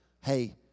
hey